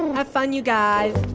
have fun, you guys.